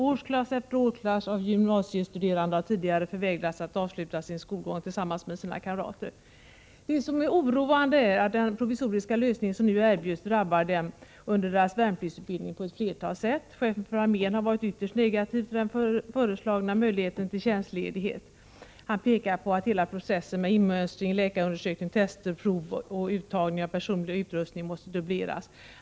Årsklass efter årsklass av gymnasiestuderande har tidigare förvägrats att avsluta sin skolgång tillsammans med sina kamrater. Det som är oroande är att den provisoriska lösning som nu erbjuds drabbar dem på ett flertal sätt under deras värnpliktsutbildning. Chefen för armén har varit ytterst negativ till den föreslagna möjligheten till tjänstledighet. Han pekar på att hela processen med inmönstring, läkarundersökning, tester och prov samt uttagning av personlig utrustning måste dubbleras.